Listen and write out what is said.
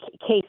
case